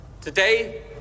Today